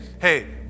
hey